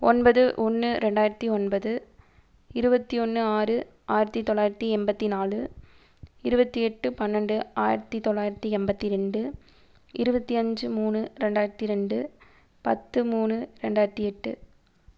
ஒன்பது ஒன்று ரெண்டாயிரத்தி ஒன்பது இருபத்தி ஒன்று ஆறு ஆயிரத்தி தொள்ளாயிரத்தி எண்பத்தி நாலு இருபத்தி எட்டு பன்னெண்டு ஆயிரத்தி தொள்ளாயிரத்தி எண்பத்தி ரெண்டு இருபத்தி அஞ்சு மூணு ரெண்டாயிரத்தி ரெண்டு பத்து மூணு ரெண்டாயிரத்தி எட்டு